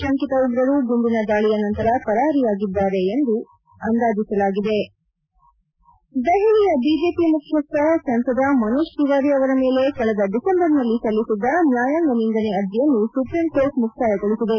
ಶಂಕಿತ ಉಗ್ರರು ಗುಂಡಿನ ದಾಳಿಯ ನಂತರ ಪರಾರಿಯಾಗಿದ್ದಾರೆ ಎಂದು ಶಂಕಿಸಲಾಗಿದೆ ದೆಹಲಿಯ ಬಿಜೆಪಿ ಮುಖ್ಯಸ್ದ ಸಂಸದ ಮನೋಜ್ ತಿವಾರಿ ಅವರ ಮೇಲೆ ಕಳೆದ ಡಿಸೆಂಬರ್ನಲ್ಲಿ ಸಲ್ಲಿಸಿದ್ದ ನ್ಯಾಯಾಂಗ ನಿಂದನೆ ಅರ್ಜಿಯನ್ನು ಸುಪ್ರೀಂಕೋರ್ಟ್ ಮುಕ್ತಾಯಗೊಳಿಸಿದೆ